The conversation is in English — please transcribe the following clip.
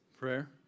Prayer